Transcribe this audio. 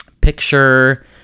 picture